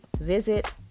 Visit